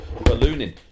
ballooning